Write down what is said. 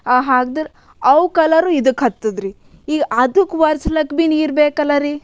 ಆ ಹಾಕ್ದ್ರೆ ಅವು ಕಲರ್ ಇದಕ್ಕೆ ಹತ್ತದ್ರಿ ಈಗ ಅದಕ್ಕೆ ಒರ್ಸ್ಲಾಕ್ ಭೀ ನೀರು ಬೇಕಲ್ಲರಿ